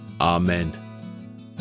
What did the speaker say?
Amen